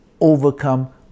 overcome